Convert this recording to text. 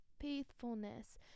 faithfulness